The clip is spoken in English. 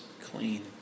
clean